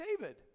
David